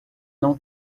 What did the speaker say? não